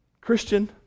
Christian